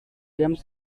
game